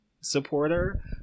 supporter